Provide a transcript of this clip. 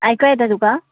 आयकूंक येता तुका